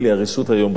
באופן בריוני,